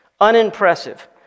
Unimpressive